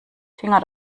finger